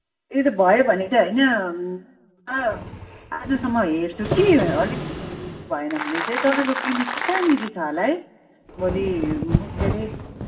यदि भयो भने चाहिँ होइन आजसम्म हेर्छु कि अलिक भएन भने चाहिँ तपाईँको क्लिनिक कहाँनेरि छ होला है भोलि म के अरे